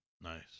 Nice